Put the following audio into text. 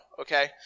okay